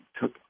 took